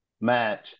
match